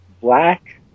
Black